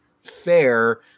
fair